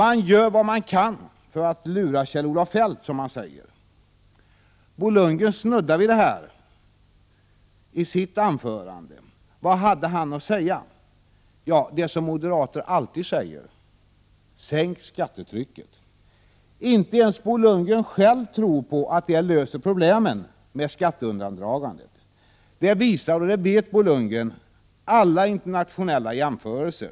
De gör vad de kan för att ”lura” Kjell-Olof Feldt, som de säger. Bo Lundgren snuddade vid detta i sitt anförande. Vad hade han att säga? Ja, han sade det som moderater alltid säger: Sänk skattetrycket. Inte ens Bo Lundgren själv tror på att det löser problemen med skatteundandragande. Det visar, och det vet Bo Lundgren, alla internationella jämförelser.